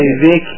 Vic